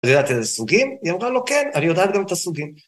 יודעת איזה סוגים? היא אמרה לו כן, אני יודעת גם את הסוגים.